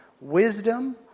wisdom